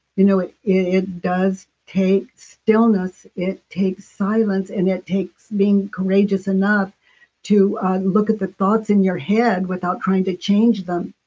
you know it it does take stillness, it takes silence and it takes being courageous enough to look at the thoughts in your head without trying to change them